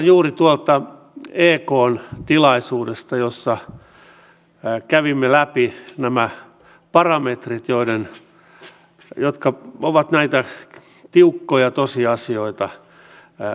liikenneministeri berner totesi täällä tänään että rahoitusmallit ja erityisesti uusien rahoitusmallien etsiminen ovat keskeinen asia myös liikennehankkeissa